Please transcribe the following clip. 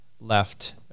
left